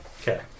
Okay